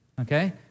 okay